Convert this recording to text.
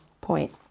point